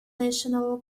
national